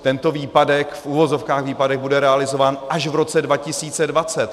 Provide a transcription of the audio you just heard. Tento výpadek, v uvozovkách výpadek, bude realizován až v roce 2020.